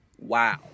wow